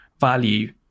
value